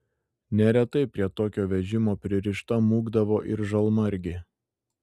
neretai prie tokio vežimo pririšta mūkdavo ir žalmargė